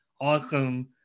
awesome